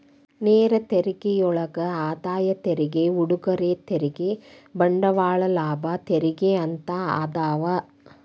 ನೇರ ತೆರಿಗೆಯೊಳಗ ಆದಾಯ ತೆರಿಗೆ ಉಡುಗೊರೆ ತೆರಿಗೆ ಬಂಡವಾಳ ಲಾಭ ತೆರಿಗೆ ಅಂತ ಅದಾವ